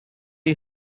you